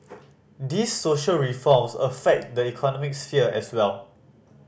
these social reforms affect the economic sphere as well